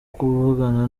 kuvugana